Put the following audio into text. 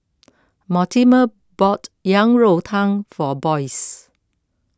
Mortimer bought Yang Rou Tang for Boyce